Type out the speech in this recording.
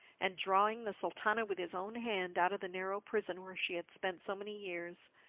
and drawing the sultana with his own hand out of the narrow prison where she had spent so many years,